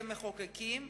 כמחוקקים,